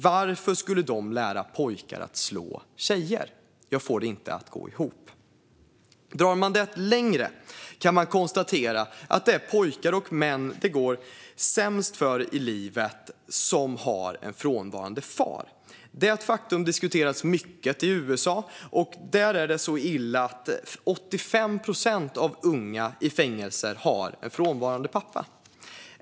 Varför skulle de lära pojkar att slå tjejer? Jag får det inte att gå ihop. Drar man det längre kan man konstatera att det är pojkar och män som har en frånvarande far som det går sämst för i livet. Detta faktum diskuteras mycket i USA. Där är det så illa att 85 procent av unga i fängelser har en frånvarande pappa.